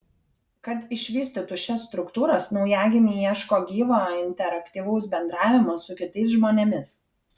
kad išvystytų šias struktūras naujagimiai ieško gyvo interaktyvaus bendravimo su kitais žmonėmis